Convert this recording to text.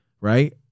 right